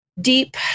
deep